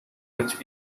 which